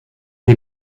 est